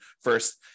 first